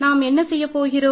நாம் என்ன செய்ய போகிறோம்